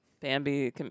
Bambi